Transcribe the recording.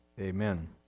Amen